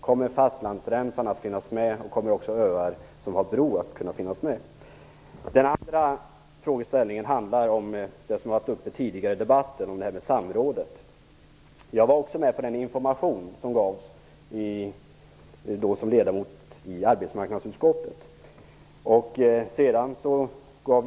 Kommer fastlandsremsan och även öar som har broförbindelse att finnas med? Min andra fråga handlar om samrådet, som också har varit uppe tidigare i debatten. Jag var som ledamot i arbetsmarknadsutskottet med vid den information som gavs.